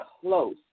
close